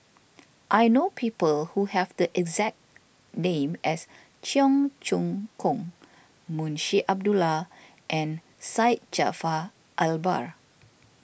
I know people who have the exact name as Cheong Choong Kong Munshi Abdullah and Syed Jaafar Albar